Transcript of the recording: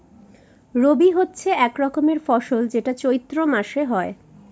রবি হচ্ছে এক রকমের ফসল যেটা চৈত্র মাসে হয়